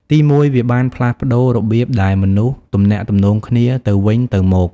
ទីមួយ វាបានផ្លាស់ប្តូររបៀបដែលមនុស្សទំនាក់ទំនងគ្នាទៅវិញទៅមក។